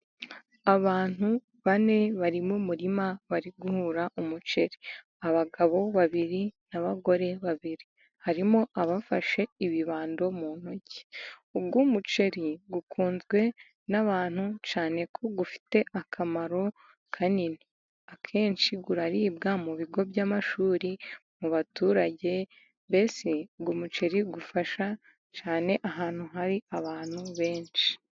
Abantu bane bari mu umurima bari guhura umuceri, abagabo babiri, n'abagore babiri. Harimo abafashe ibibando mu ntoki, uyu muceri ukunzwe n'abantu cyane kuko ufite akamaro kanini. Akenshi uribwa mu bigo by'amashu, mu baturage, mbese ngo umuceri ufasha cyane ahantu hari abantu benshi.